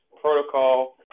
protocol